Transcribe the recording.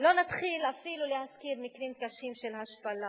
לא נתחיל אפילו להזכיר מקרים קשים של השפלה,